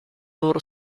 loro